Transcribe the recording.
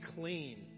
clean